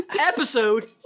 episode